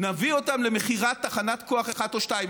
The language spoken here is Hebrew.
נביא אותם למכירת תחנת כוח אחת או שתיים.